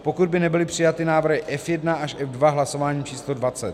pokud by nebyly přijaty návrhy F1 až F2 hlasováním č. dvacet